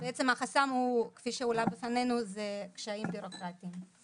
החסם, כפי שהועלה בפנינו זה קשיים ביורוקרטיים.